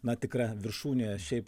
na tikra viršūnė šiaip